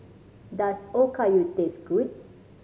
does Okayu taste good